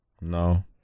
no